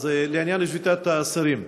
אז לעניין שביתת האסירים,